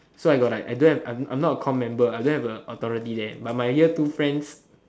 so I got like I don't have I'm I'm not a comm member I don't have a authority there but my year two friends